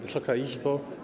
Wysoka Izbo!